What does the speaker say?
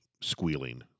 squealing